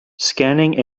scanning